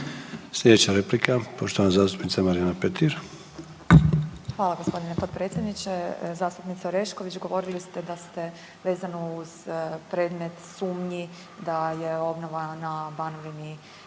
Sljedeća replika poštovana zastupnica Marijana Petir. **Petir, Marijana (Nezavisni)** Hvala gospodine potpredsjedniče. Zastupnice Orešković, govorili ste da ste vezano uz predmet sumnji da je obnova na Banovini